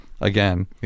again